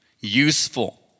useful